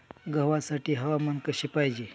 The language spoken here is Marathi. गव्हासाठी हवामान कसे पाहिजे?